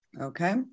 okay